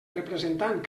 representant